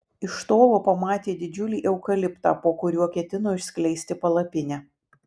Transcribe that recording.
iš tolo pamatė didžiulį eukaliptą po kuriuo ketino išskleisti palapinę